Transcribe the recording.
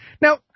Now